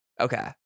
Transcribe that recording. Okay